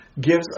gives